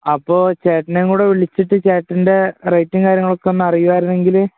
അപ്പോള് ചേട്ടനെയും കൂടെ വിളിച്ചിട്ട് ചേട്ടൻറ്റെ റേറ്റും കാര്യങ്ങളുമൊക്കെയൊന്ന് അറിയുകയായിരുന്നെങ്കില്